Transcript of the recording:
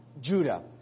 Judah